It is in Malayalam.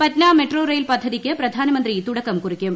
പറ്റ്ന മെട്രോ റെയിൽ പദ്ധതിക്ക് പ്രധാനമന്ത്രി തുടക്കം കുറിക്കും